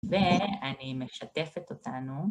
ואני משתפת אותנו.